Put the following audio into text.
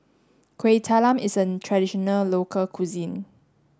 Kueh Talam is a traditional local cuisine